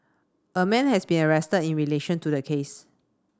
a man has been arrested in relation to the case